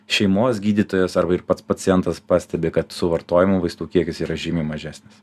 šeimos gydytojas arba ir pats pacientas pastebi kad suvartojamų vaistų kiekis yra žymiai mažesnis